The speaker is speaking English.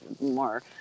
more